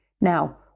Now